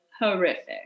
horrific